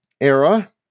era